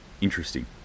interesting